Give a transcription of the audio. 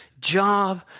job